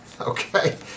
Okay